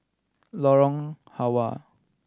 Lorong Halwa